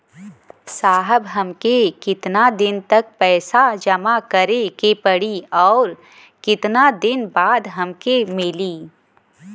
साहब हमके कितना दिन तक पैसा जमा करे के पड़ी और कितना दिन बाद हमके मिली?